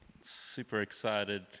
super-excited